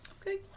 Okay